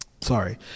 sorry